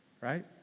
right